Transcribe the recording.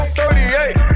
38